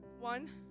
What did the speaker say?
One